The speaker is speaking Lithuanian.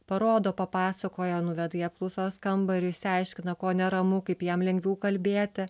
parodo papasakoja nuveda į apklausos kambarį išsiaiškina ko neramu kaip jam lengviau kalbėti